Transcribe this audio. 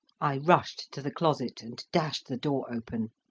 i rushed to the closet and dashed the door open.